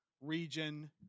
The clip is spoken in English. region